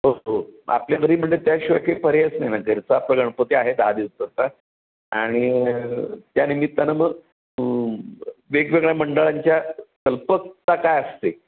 हो हो आपल्या घरी म्हणजे त्याशिवाय काही पर्यायच नाही ना घरचा आपला गणपती आहे दहा दिवसाचा आणि त्यानिमित्तानं मग वेगवेगळ्या मंडळांच्या कल्पकता काय असते